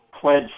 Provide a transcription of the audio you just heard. pledged